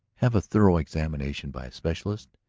have a thorough examination by a specialist?